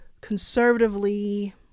conservatively